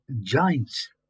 giants